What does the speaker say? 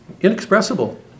inexpressible